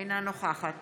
אינה נוכחת